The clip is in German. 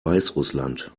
weißrussland